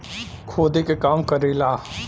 खोदे के काम करेला